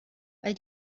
weil